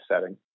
setting